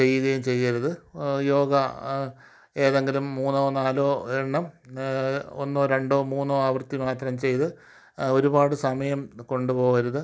ചെയ്തേ ചെയ്യരുത് യോഗ ഏതെങ്കിലും മൂന്നോ നാലോ എണ്ണം ഒന്നോ രണ്ടോ മൂന്നോ ആവർത്തി മാത്രം ചെയ്ത് ഒരുപാട് സമയം കൊണ്ടു പോകരുത്